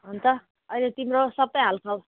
अन्त अहिले तिम्रो सबै हालखबर